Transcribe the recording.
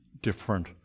different